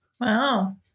Wow